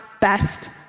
best